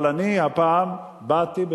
אבל הפעם באתי,